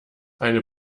eine